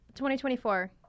2024